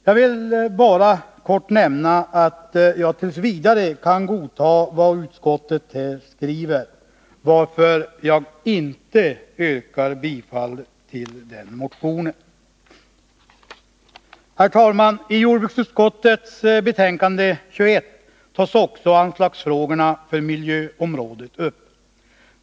Jag vill bara kort nämna att jag t. v. kan godta vad utskottet här skriver, varför jag inte yrkar bifall till denna motion. Herr talman! I jordbruksutskottets betänkande nr 21 tas också upp anslagsfrågorna för miljöområdet.